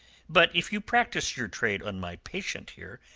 but if you practise your trade on my patient here,